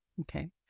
Okay